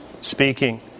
speaking